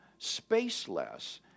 spaceless